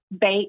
bake